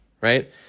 right